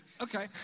Okay